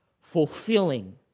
fulfilling